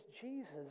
Jesus